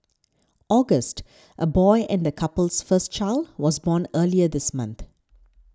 august a boy and the couple's first child was born earlier this month